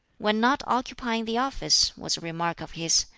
when not occupying the office, was a remark of his,